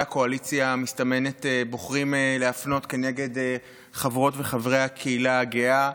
הקואליציה המסתמנת בוחרים להפנות כנגד חברות וחברי הקהילה הגאה.